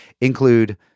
include